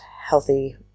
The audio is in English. healthy